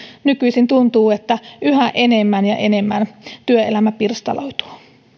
nykyisin tuntuu että yhä enemmän ja enemmän työelämä pirstaloituu